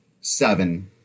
seven